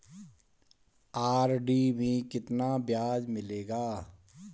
RD में कितना ब्याज मिलेगा?